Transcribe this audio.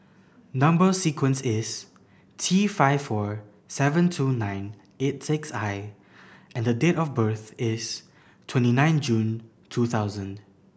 number sequence is T five four seven two nine eight six I and date of birth is twenty nine June two thousand